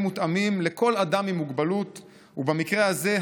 מותאמים לכל אדם עם מוגבלות ובמקרה הזה,